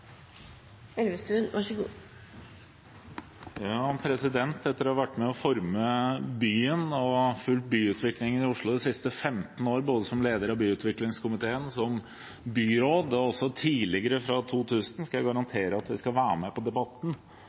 Etter å ha vært med på å forme byen og fulgt byutviklingen i Oslo de siste 15 år, både som leder av byutviklingskomiteen og som byråd, og også tidligere, fra 2000, så skal jeg garantere at jeg skal være med på debatten